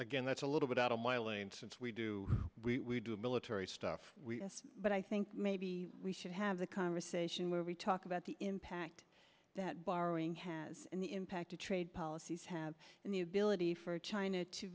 again that's a little bit out of my lane since we do we do military stuff but i think maybe we should have a conversation where we talk about the impact that borrowing has and the impact of trade policies have and the ability for china to